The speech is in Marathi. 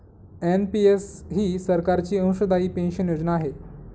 एन.पि.एस ही सरकारची अंशदायी पेन्शन योजना आहे